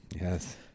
Yes